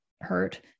hurt